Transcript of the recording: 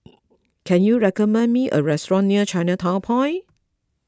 can you recommend me a restaurant near Chinatown Point